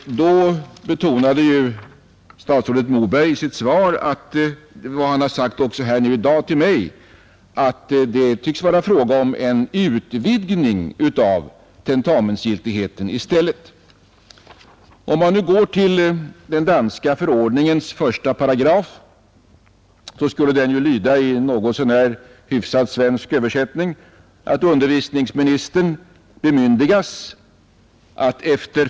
Då betonade statsrådet Moberg i sitt svar — vilket han också har sagt till mig i dag — att det i stället tycks vara — Nr 36 fråga om en Kividgning av tentamensgiltigheten. : j Torsdagen den Den danska förordningens första paragraf skulle i något så när hyfsad svensk översättning lyda: ”Undervisningsministern bemyndigas att efter.